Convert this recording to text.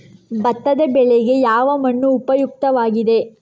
ಭತ್ತದ ಬೆಳೆಗೆ ಯಾವ ಮಣ್ಣು ಉಪಯುಕ್ತವಾಗಿದೆ?